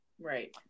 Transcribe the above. Right